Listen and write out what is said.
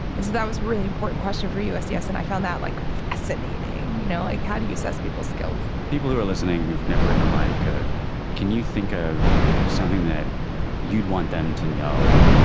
and that was really important question for usgs and i found that like fascinating you know. like how do you assess people's skills people who are listening. you've never written a line of code can you think of something that you'd want them to know.